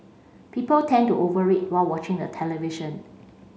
people tend to over eat while watching the television